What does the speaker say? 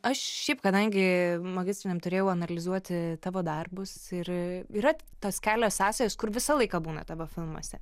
aš šiaip kadangi magistriniam turėjau analizuoti tavo darbus ir yra tos kelios sąsajos kur visą laiką būna tavo filmuose